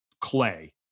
Clay